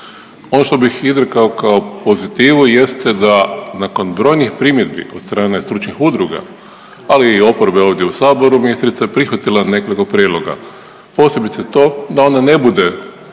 Ono što bih izrekao kao pozitivu jeste da nakon brojnih primjedbi od strane stručnih udruga, ali i oporbe ovdje u Saboru ministrica je prihvatila nekoliko prijedloga posebice to da ona ne bude